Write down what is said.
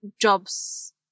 jobs